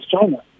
China